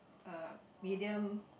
a medium